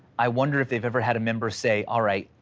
i wonder if they've ever had a member say, all right,